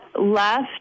left